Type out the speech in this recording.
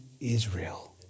Israel